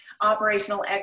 operational